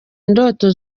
indoto